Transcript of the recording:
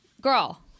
girl